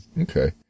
Okay